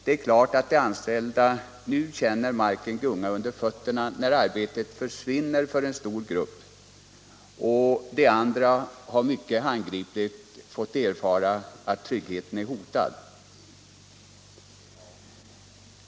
Det är klart att de anställda nu känner marken gunga under fötterna när arbetet försvinnner för en stor grupp och de andra mycket handgripligt har fått erfara att tryggheten är hotad.